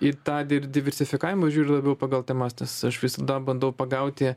į tą dir diversifikavimą žiūriu labiau pagal temas nes aš visada bandau pagauti